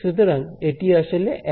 সুতরাং এটি আসলে এক